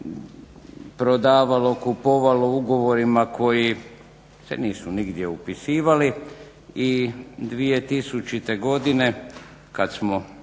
prodavalo, kupovalo ugovorima koji se nisu nigdje upisivali i 2000. godine kad smo,